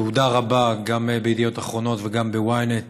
ותהודה רבה, גם בידיעות אחרונות וגם ב-ynet,